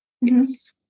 Yes